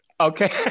Okay